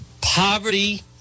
Poverty